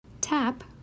TAP